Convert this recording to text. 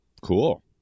Cool